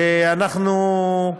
ואנחנו,